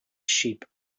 sheep